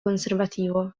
conservativo